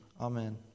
Amen